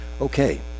okay